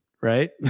right